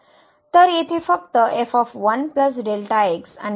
तर येथे फक्त आणि